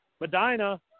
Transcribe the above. Medina